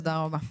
תודה רבה.